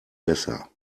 besser